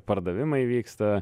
pardavimai vyksta